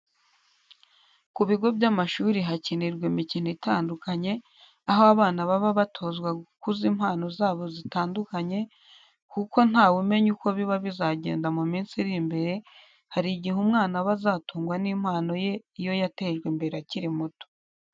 Ku bigo by'amashuri hakinirwa imikino itandukanye aho abana baba batozwa gukuza impano zabo zitandukanye kuko ntawe umenya uko biba bizagenda mu minsi iri imbere hari igihe umwana aba azatungwa n'impano ye iyo yatejwe imbere akiri mu ishuri.